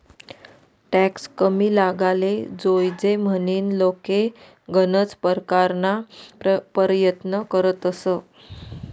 tax कमी लागाले जोयजे म्हनीन लोके गनज परकारना परयत्न करतंस